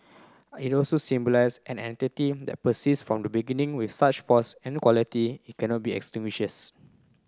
it also symbolise an entity that persists from the beginning with such force and quality it cannot be extinguished